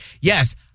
yes